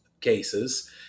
cases